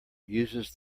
uses